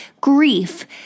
grief